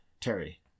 Terry